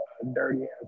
dirty-ass